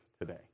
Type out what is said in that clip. today